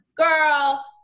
girl